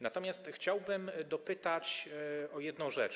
Natomiast chciałbym dopytać o jedną rzecz.